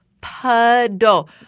puddle